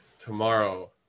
tomorrow